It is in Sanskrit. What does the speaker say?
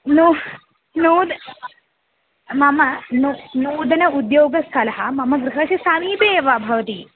नूः नूद् मम नु नूतनम् उद्योगस्थलं मम गृहस्य समीपे एव भवति